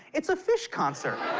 it's a phish concert.